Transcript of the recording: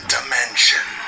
Dimension